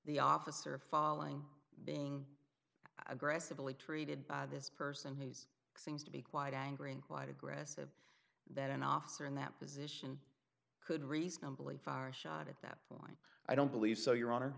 the officer following being aggressively treated by this person he's seems to be quite angry and quite aggressive that an officer in that position could reasonably fire a shot at that point i don't believe so your honor